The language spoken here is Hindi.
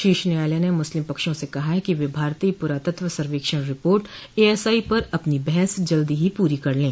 शीर्ष न्यायालय ने मुस्लिम पक्षों से कहा कि वे भारतीय पुरातत्व सर्वेक्षण रिपोर्ट एएसआई पर अपनी बहस जल्द ही पूरी कर लें